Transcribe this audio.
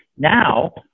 Now